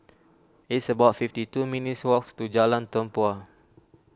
It's about fifty two minutes' walk to Jalan Tempua